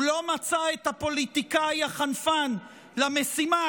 הוא לא מצא את הפוליטיקאי החנפן למשימה,